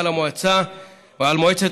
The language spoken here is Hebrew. התשנ"ו 1996,